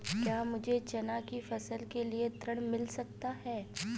क्या मुझे चना की फसल के लिए ऋण मिल सकता है?